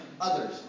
others